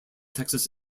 texas